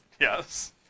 Yes